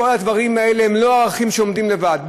כל הדברים האלה הם לא ערכים שעומדים לבד.